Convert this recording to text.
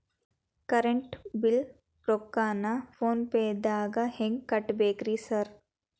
Current bill ರೊಕ್ಕಾನ phone ಪೇದಾಗ ಹೆಂಗ್ ಕಟ್ಟಬೇಕ್ರಿ ಸರ್?